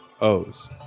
O's